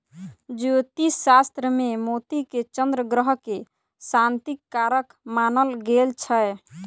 ज्योतिष शास्त्र मे मोती के चन्द्र ग्रह के शांतिक कारक मानल गेल छै